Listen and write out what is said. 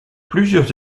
plusieurs